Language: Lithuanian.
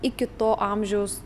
iki to amžiaus